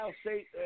State